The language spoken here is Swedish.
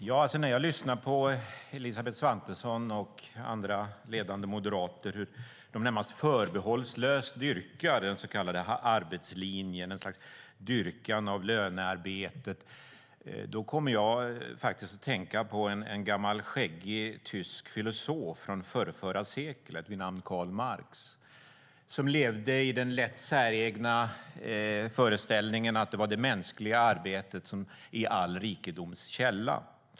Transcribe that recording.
Herr talman! När jag lyssnar på hur Elisabeth Svantesson och andra ledande moderater närmast förbehållslöst dyrkar den så kallade arbetslinjen, ett slags dyrkan av lönearbetet, kommer jag att tänka på en gammal skäggig tysk filosof från förrförra seklet vid namn Karl Marx. Han levde i den lätt säregna föreställningen att det mänskliga arbetet är all rikedoms källa.